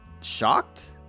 shocked